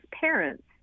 parents